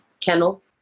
kennel